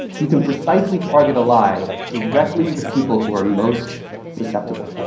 you can precisely target a lie directly to the people who are most susceptible.